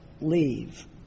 leave